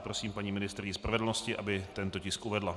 Prosím paní ministryni spravedlnosti, aby tento tisk uvedla.